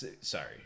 Sorry